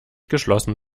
geschlossen